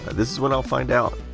this is when i'll find out.